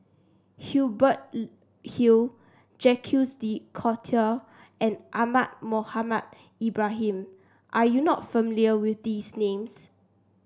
Hubert Hill Jacques De Coutre and Ahmad Mohamed Ibrahim are you not familiar with these names